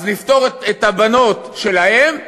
אז לפטור את הבנות שלהם,